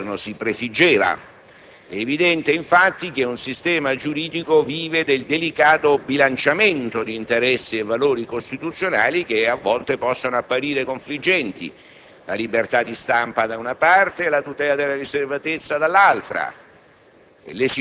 che il Governo si prefiggeva. È evidente, infatti, che un sistema giuridico vive del delicato bilanciamento di interessi e valori costituzionali che, a volte, possono apparire confliggenti: la libertà di stampa da una parte e la tutela della riservatezza dall'altra;